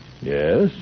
Yes